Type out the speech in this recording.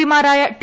പിമാരായ T